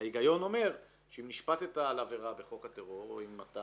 ההיגיון אומר שאם נשפטת על עבירה בחוק הטרור או אם אתה